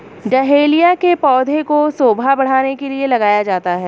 dahlia के पौधे को शोभा बढ़ाने के लिए लगाया जाता है